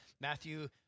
Matthew